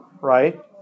right